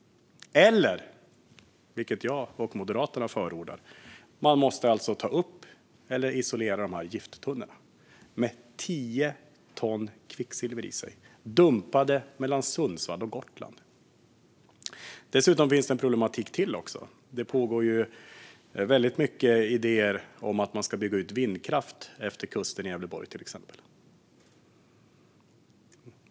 Eller, vilket jag och Moderaterna förordar, så måste man ta upp eller isolera gifttunnorna med tio ton kvicksilver som är dumpade mellan Sundsvall och Gotland. Det finns ytterligare ett problem. Det finns många idéer om att man ska bygga ut vindkraft efter kusten i Gävleborg, till exempel.